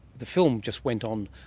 the film just went on,